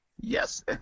yes